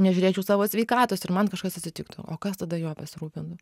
nežiūrėčiau savo sveikatos ir man kažkas atsitiktų o kas tada juo pasirūpintų